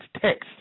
text